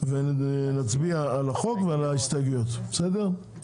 ונצביע על החוק ועל ההסתייגויות בסדר?